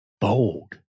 bold